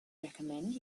recommend